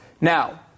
Now